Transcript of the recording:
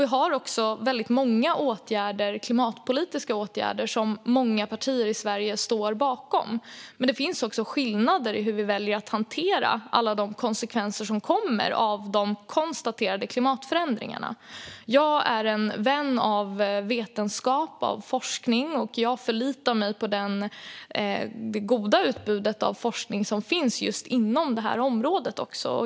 Vi har också väldigt många klimatpolitiska åtgärder som många partier i Sverige står bakom. Men det finns också skillnader i hur vi väljer att hantera alla de konsekvenser som kommer av de konstaterade klimatförändringarna. Jag är en vän av vetenskap och forskning. Jag förlitar mig på det goda utbudet av forskning som finns inom just det här området.